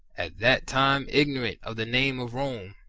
at that time ignorant of the name of rome.